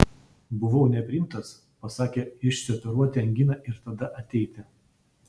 buvau nepriimtas pasakė išsioperuoti anginą ir tada ateiti